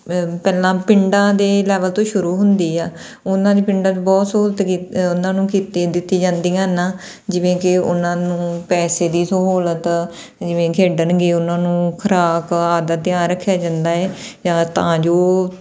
ਪਹਿਲਾਂ ਪਿੰਡਾਂ ਦੇ ਲੈਵਲ ਤੋਂ ਸ਼ੁਰੂ ਹੁੰਦੀ ਆ ਉਹਨਾਂ ਦੇ ਪਿੰਡਾਂ 'ਚ ਬਹੁਤ ਸਹੂਲਤ ਕੀਤ ਉਹਨਾਂ ਨੂੰ ਕੀਤੀ ਦਿੱਤੀ ਜਾਂਦੀਆਂ ਨਾ ਜਿਵੇਂ ਕਿ ਉਹਨਾਂ ਨੂੰ ਪੈਸੇ ਦੀ ਸਹੂਲਤ ਜਿਵੇਂ ਖੇਡਣਗੇ ਉਹਨਾਂ ਨੂੰ ਖੁਰਾਕ ਆਦਿ ਦਾ ਧਿਆਨ ਰੱਖਿਆ ਜਾਂਦਾ ਏ ਜਾਂ ਤਾਂ ਜੋ